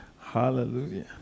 Hallelujah